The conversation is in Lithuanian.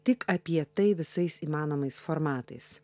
tik apie tai visais įmanomais formatais